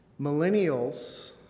Millennials